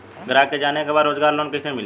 ग्राहक के जाने के बा रोजगार लोन कईसे मिली?